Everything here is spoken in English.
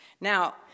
Now